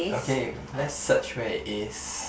okay lets search where it is